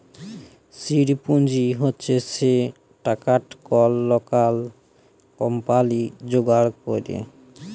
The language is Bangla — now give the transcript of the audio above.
সিড পুঁজি হছে সে টাকাট কল লকাল কম্পালি যোগাড় ক্যরে